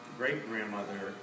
great-grandmother